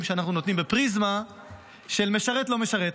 שאנחנו נותנים בפריזמה של משרת לא משרת